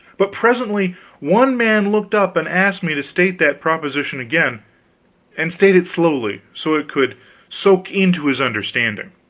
but presently one man looked up and asked me to state that proposition again and state it slowly, so it could soak into his understanding.